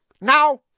Now